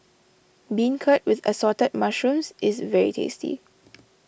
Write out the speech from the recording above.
Beancurd with Assorted Mushrooms is very tasty